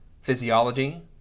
physiology